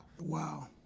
Wow